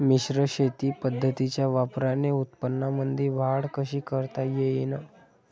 मिश्र शेती पद्धतीच्या वापराने उत्पन्नामंदी वाढ कशी करता येईन?